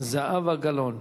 זהבה גלאון,